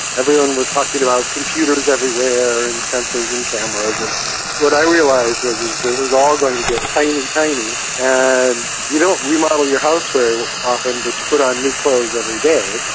everyone was talking about computers everywhere and sensors and cameras. and what i realised was this is all going to get tiny, tiny. and you don't remodel your house very often but you put on new clothes every day,